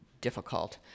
difficult